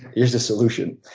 here's the solution.